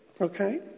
Okay